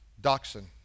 dachshund